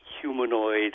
humanoid